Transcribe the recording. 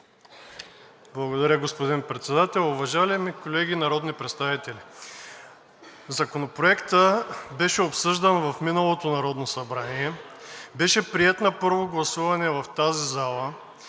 Благодаря, господин Председател. Уважаеми колеги народни представител, Законопроектът беше обсъждан в миналото Народно събрание. Беше приет на първо гласуване в тази зала.